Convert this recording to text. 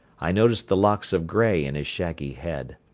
i noticed the locks of grey in his shaggy head.